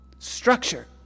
structure